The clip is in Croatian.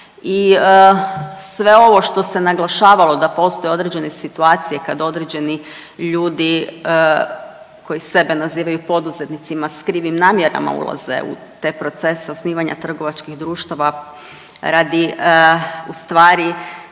I sve ovo što se naglašavalo da postoje određene situacije kada određeni ljudi koji sebe nazivaju poduzetnicima s krivim namjerama ulaze u te procese osnivanja trgovačkih društava radi u stvari